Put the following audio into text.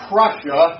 Prussia